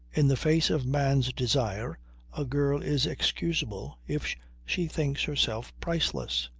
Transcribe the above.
in the face of man's desire a girl is excusable if she thinks herself priceless.